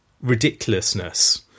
ridiculousness